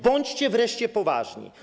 Bądźcie wreszcie poważni.